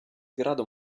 grado